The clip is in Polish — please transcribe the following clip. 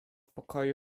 pokoju